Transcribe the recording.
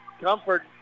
Comfort